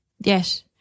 Yes